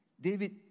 david